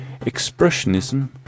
Expressionism